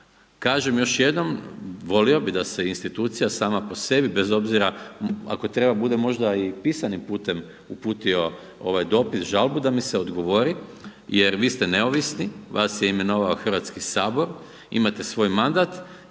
kažem još jednom, volio bi da se institucija, sama po sebi, bez obzira, ako treba bude možda i pisanim putem uputio, dopis, žalbu, da mi se odgovori jer vi ste neovisni, vas je imenovao HS, imate svoj mandat